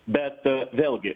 bet vėlgi